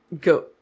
go